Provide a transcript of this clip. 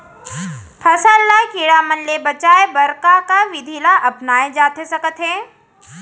फसल ल कीड़ा मन ले बचाये बर का का विधि ल अपनाये जाथे सकथे?